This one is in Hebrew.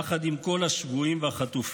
יחד עם כל השבויים והחטופים.